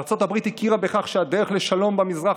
ארצות הברית הכירה בכך שהדרך לשלום במזרח